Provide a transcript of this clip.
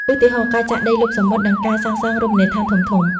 ឧទាហរណ៍ ការចាក់ដីលុបសមុទ្រ និងការសាងសង់រមណីយដ្ឋានធំៗ។